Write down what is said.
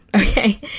Okay